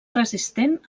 resistent